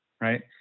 right